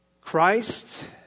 Christ